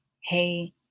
hey